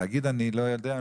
להגיד אני לא יודע,